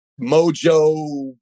Mojo